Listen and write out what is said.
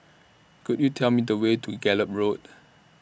Could YOU Tell Me The Way to Gallop Road